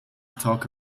talk